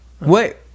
Wait